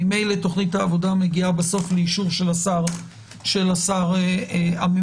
ממילא תוכנית העבודה מגיעה בסוף לאישור של השר הממונה,